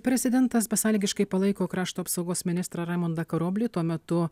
prezidentas besąlygiškai palaiko krašto apsaugos ministrą raimundą karoblį tuo metu